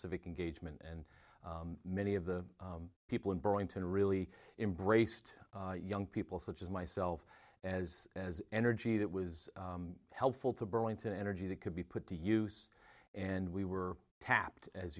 civic engagement and many of the people in burlington really embraced young people such as myself as as energy that was helpful to burlington energy that could be put to use and we were tapped as